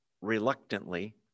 reluctantly